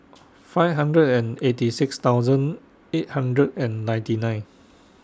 five hundred and eighty six thousand eight hundred and ninety nine